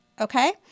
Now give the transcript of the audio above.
Okay